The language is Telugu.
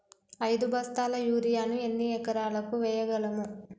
ఐదు బస్తాల యూరియా ను ఎన్ని ఎకరాలకు వేయగలము?